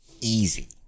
Easy